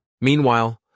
Meanwhile